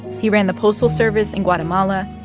he ran the postal service in guatemala.